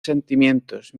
sentimientos